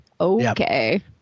Okay